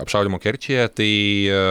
apšaudymo kerčėje tai